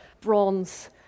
bronze